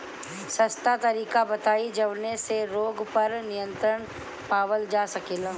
सस्ता तरीका बताई जवने से रोग पर नियंत्रण पावल जा सकेला?